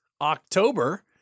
october